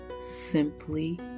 simply